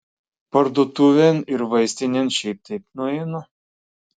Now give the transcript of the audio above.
parduotuvėn ir vaistinėn šiaip taip nueinu